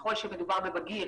ככל שמדובר בבגיר